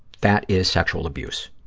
that is sexual abuse,